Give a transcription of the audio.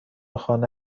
خانه